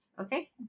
Okay